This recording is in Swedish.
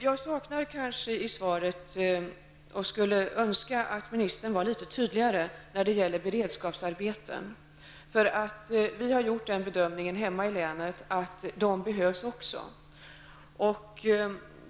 Jag saknar i svaret -- jag skulle önska att arbetsmarknadsministern var litet tydligare där -- besked om beredskapsarbeten. Vi har gjort den bedömningen hemma i länet att också de behövs.